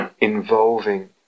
involving